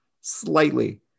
slightly